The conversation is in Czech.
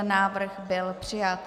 Návrh byl přijat.